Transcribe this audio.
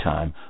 Time